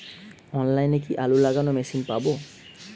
অনলাইনে কি আলু লাগানো মেশিন পাব?